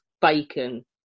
bacon